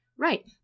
Right